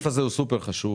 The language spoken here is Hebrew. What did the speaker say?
סופר-חשוב,